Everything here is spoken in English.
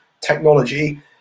technology